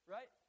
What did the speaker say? Right